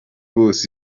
ubwose